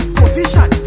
position